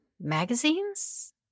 magazines